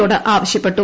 യോട് ആവശ്യപ്പെട്ടു